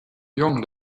young